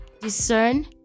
discern